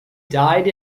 died